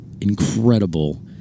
incredible